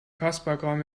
kasperkram